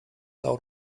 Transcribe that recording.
out